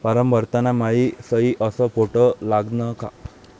Form भरताना मायी सयी अस फोटो लागन का?